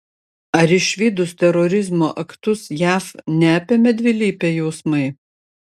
ar išvydus terorizmo aktus jav neapėmė dvilypiai jausmai